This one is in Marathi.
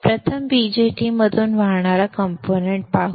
प्रथम BJT मधून वाहणारा कंपोनेंट्स पाहू